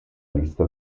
lista